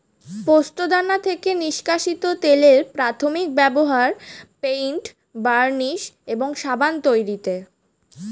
পোস্তদানা থেকে নিষ্কাশিত তেলের প্রাথমিক ব্যবহার পেইন্ট, বার্নিশ এবং সাবান তৈরিতে